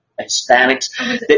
Hispanics